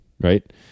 right